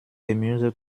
gemüse